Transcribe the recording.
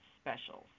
specials